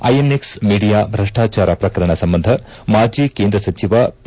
INX media ಭ್ರಷ್ಲಾಚಾರ ಪ್ರಕರಣ ಸಂಬಂಧ ಮಾಜಿ ಕೇಂದ್ರ ಸಚಿವ ಪಿ